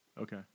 Okay